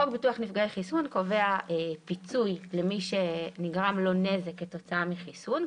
חוק ביטוח נפגעי חיסון קובע פיצוי למי שנגרם לו נזק כתוצאה מחיסון,